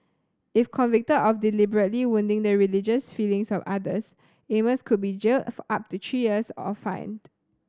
if convicted of deliberately wounding the religious feelings of others Amos could be jailed up to three years or fined